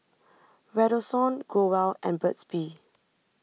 Redoxon Growell and Burt's Bee